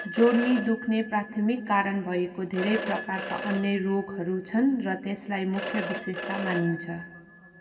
जोर्नी दुख्ने प्राथमिक कारण भएको धेरै प्रकारका अन्य रोगहरू छन् र त्यसलाई मुख्य विशेषता मानिन्छ